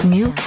New